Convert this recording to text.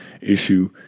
issue